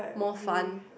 more fun